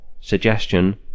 suggestion